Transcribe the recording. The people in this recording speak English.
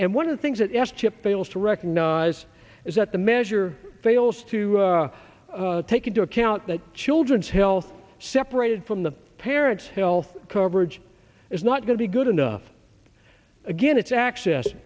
and one of the things that s chip fails to recognize is that the measure fails to take into account that children's health separated from the parents health coverage is not going to be good enough again it's access